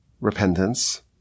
repentance